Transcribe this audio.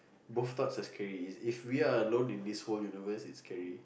both thoughts are scary is if we are alone in this whole universe it's scary